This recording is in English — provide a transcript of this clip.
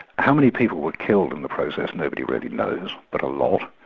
how many people were killed in the process, nobody really knows, but a lot,